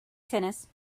tennis